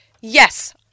Yes